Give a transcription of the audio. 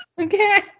Okay